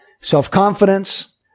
self-confidence